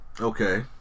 Okay